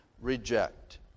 reject